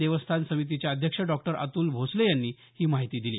देवस्थान समितीचे अध्यक्ष डॉक्टर अतुल भोसले यांनी ही माहिती दिली